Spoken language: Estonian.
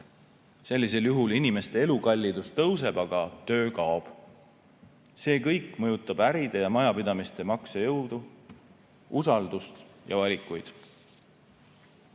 Sellisel juhul inimeste elukallidus tõuseb, aga töö kaob. See kõik mõjutab äride ja majapidamiste maksejõudu, usaldust ja valikuid.